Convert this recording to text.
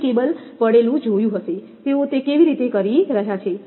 તમે કેબલ પડેલું જોયું હશે તેઓ તે કેવી રીતે કરી રહ્યાં છે